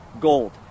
gold